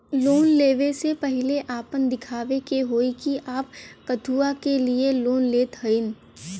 Loan ले वे से पहिले आपन दिखावे के होई कि आप कथुआ के लिए लोन लेत हईन?